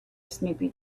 snoopy